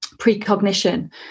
precognition